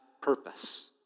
purpose